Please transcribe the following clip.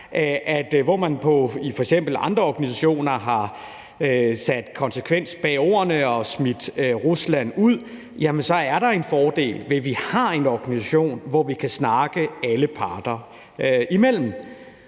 er. Hvor man f.eks. i andre organisationer har sat konsekvens bag ordene og smidt Rusland ud, er der en fordel ved, at vi har en organisation, hvor vi kan snakke alle parter imellem.